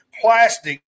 plastic